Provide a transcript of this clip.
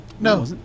no